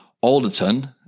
alderton